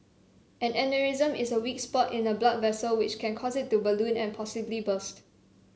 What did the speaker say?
an aneurysm is a weak spot in a blood vessel which can cause it to balloon and possibly burst